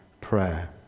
prayer